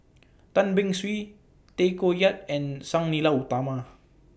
Tan Beng Swee Tay Koh Yat and Sang Nila Utama